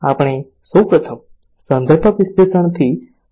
આપણે સૌપ્રથમ સંદર્ભ વિશ્લેષણથી શરૂઆત કરીએ છીએ